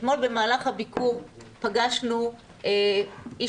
אתמול במהלך הביקור פגשנו אישה,